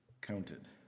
counted